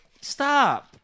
Stop